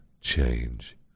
change